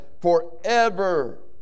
forever